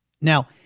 Now